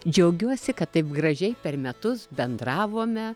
džiaugiuosi kad taip gražiai per metus bendravome